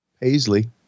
Paisley